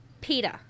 Peter